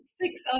six